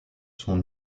son